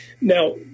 now